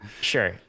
Sure